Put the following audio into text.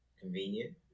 convenient